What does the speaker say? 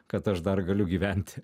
kad aš dar galiu gyventi